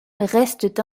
restent